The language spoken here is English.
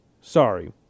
Sorry